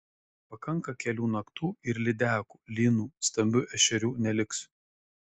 pakanka kelių naktų ir lydekų lynų stambių ešerių neliks